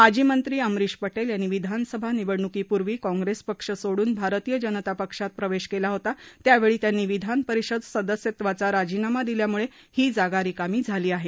माजी मंत्री अमरिश पटेल यांनी विधानसभा निवडणुकीपूर्वी काँग्रेस पक्ष सोडून भारतीय जनता पक्षात प्रवेश केला होता त्यावेळी त्यांनी विधान परिषद सदस्यत्वाचा राजीनामा दिल्यामुळे ही जागा रिकामी झाली आहे